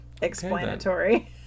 explanatory